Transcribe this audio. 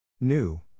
New